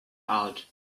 out